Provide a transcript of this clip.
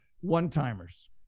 one-timers